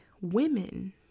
women